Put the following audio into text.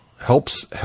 helps